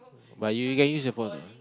but you you you can use the portable